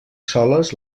soles